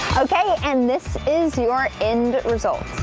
okay and this is your end result.